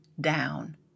down